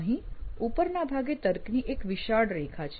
અહીં ઉપરના ભાગે તર્કની એક વિશાળ રેખા છે